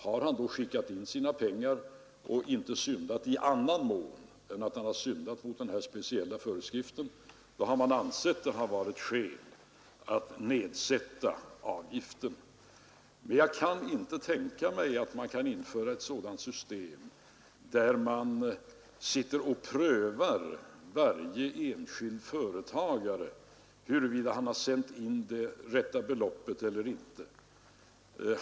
Har han skickat in sina pengar och inte syndat i annan mån än att han har brutit mot den här speciella föreskriften, har man ansett det vara skäl att nedsätta avgiften. Jag kan inte tänka mig att man kan införa ett system där man prövar huruvida varje enskild företagare har sänt in det rätta beloppet eller inte.